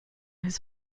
his